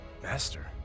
Master